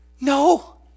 no